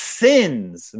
sins